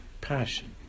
passion